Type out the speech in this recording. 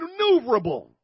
maneuverable